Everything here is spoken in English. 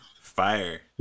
Fire